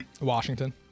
Washington